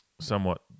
somewhat